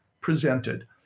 presented